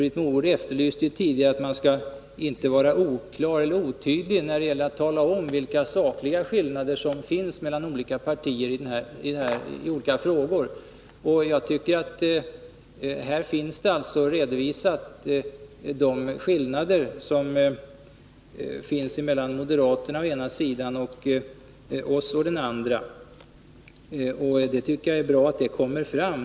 Britt Mogård underströk tidigare att man inte skall vara otydlig vid redovisning av sakliga skillnader mellan partierna i olika frågor. Nu har det här redogjorts för vilka skillnader som föreligger mellan å ena sidan moderaterna och å den andra oss, och jag tycker att det är bra att de kommer fram.